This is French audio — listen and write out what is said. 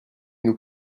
nous